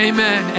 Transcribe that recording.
Amen